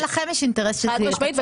חד משמעית,